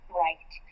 right